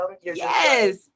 yes